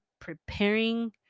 preparing